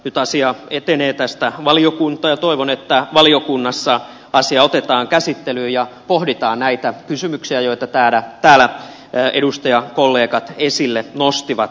nyt asia etenee tästä valiokuntaan ja toivon että valiokunnassa asia otetaan käsittelyyn ja pohditaan näitä kysymyksiä joita täällä edustajakollegat esille nostivat